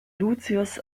lucius